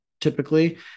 typically